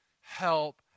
help